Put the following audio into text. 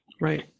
Right